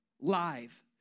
live